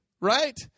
right